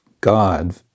God